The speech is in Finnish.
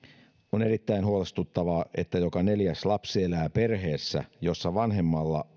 on erittäin huolestuttavaa että joka neljäs lapsi elää perheessä jossa vanhemmalla